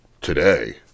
today